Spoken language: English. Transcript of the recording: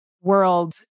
world